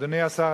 אדוני השר,